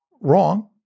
wrong